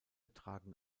tragen